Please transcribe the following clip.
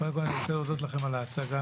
קודם כול אני רוצה להודות לכם על ההצגה.